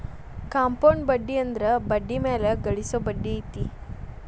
compound ಬಡ್ಡಿ ಅಂದ್ರ ಬಡ್ಡಿ ಮ್ಯಾಲೆ ಗಳಿಸೊ ಬಡ್ಡಿ ಐತಿ